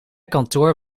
kantoor